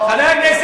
לא נכון.